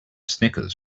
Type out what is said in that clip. snickers